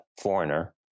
foreigner